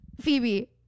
Phoebe